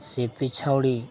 ᱥᱤᱯᱤ ᱪᱷᱟᱣᱲᱤ